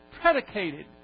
predicated